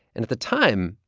and at the time,